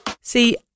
See